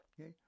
Okay